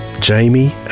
Jamie